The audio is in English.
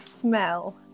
smell